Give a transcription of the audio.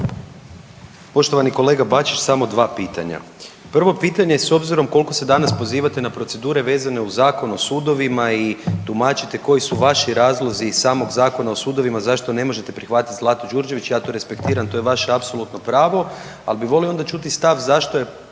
Poštovani kolega Bačić samo 2 pitanja. Prvo pitanje s obzirom koliko se danas pozivate na procedure vezano uz Zakon o sudovima i tumačite koji su vaši razlozi iz samog Zakona o sudovima zašto ne možete prihvatiti Zlatu Đurđević ja to respektiram to je vaše apsolutno pravo, ali bi volio onda čuti stav zašto je